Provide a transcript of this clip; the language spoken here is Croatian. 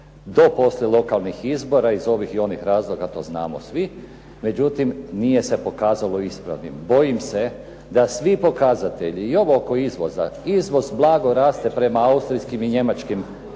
do poslije lokalnih izbora iz ovih i onih razloga, to znamo svi, međutim nije se pokazalo ispravnim. Bojim se da svi pokazatelji, i ovo oko izvoza, izvoz blago raste prema austrijskim i njemačkim kupcima,